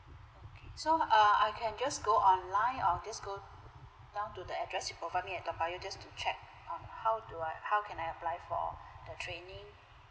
okay so uh I can just go online or just go down to the address you provide me at toa payoh just to check um how do I how can I apply for the training